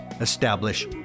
establish